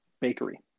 bakery